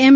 એમ